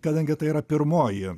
kadangi tai yra pirmoji